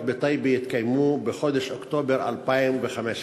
בטייבה יתקיימו בחודש אוקטובר 2015,